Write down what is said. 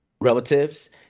relatives